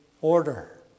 order